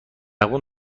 زبون